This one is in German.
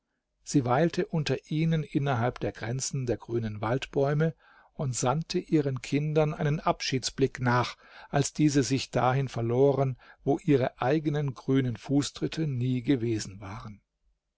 sie weilte unter ihnen innerhalb der grenze der grünen waldbäume und sandte ihren kindern einen abschiedsblick nach als diese sich dahin verloren wo ihre eigenen grünen fußtritte nie gewesen waren